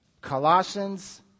Colossians